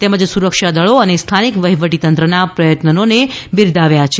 તેમજ સુરક્ષાદળો અને સ્થાનિક વફીવટીતંત્રના પ્રયત્નોને પણ બિરદાવ્યા છે